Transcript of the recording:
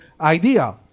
idea